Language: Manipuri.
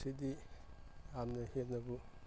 ꯁꯤꯗꯤ ꯌꯥꯝꯅ ꯍꯦꯟꯅꯕꯨ